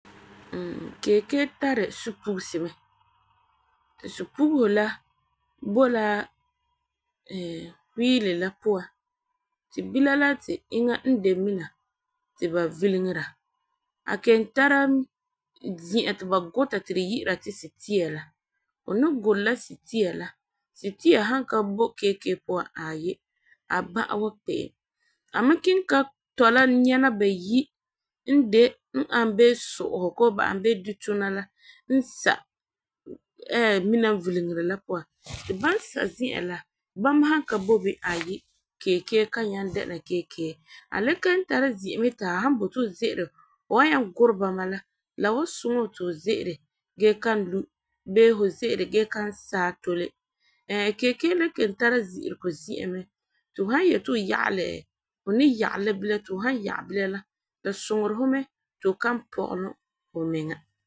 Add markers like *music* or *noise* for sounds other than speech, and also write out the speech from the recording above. Keekee tari supugesi mɛ ti supugesi la bo la wiili la puan ti bilam tla ti iŋa n de mina ti ba vileŋera. A kelum tara zi'an ti ba guta ti tu yi'ira ti sitia la hu ni gurɛ la sitia la, sitia san ka boi keekee puan aayi a ba'a wa kpe'em, a mi kiŋɛ ta tɔ la nyɛna bayi n ani bee so'ohi koo ba ani bee dutuna la n *hesitation* mina n vileŋeri la puan ti ban sa zi'an la bama han ka bo bini aayi keekee ka nyaŋɛ dɛna keekee. A le kelum tara zi'an me ti a han boti a ze'ele fu wa nyaŋɛ gurɛ bama la la wan suŋɛ fu ti fu ze'ele gee kan lui bee fu ze'ele gee kan saa tole *hesitation* keekee le kelum tara zi'iriko zi'an me ti fu san yeti fu yagelɛ fu ni yagelɛ la bilam ti fu san yagelɛ bilam la la suŋɛerɛ fu mɛ ti fu kan pɔgelum fumiŋa.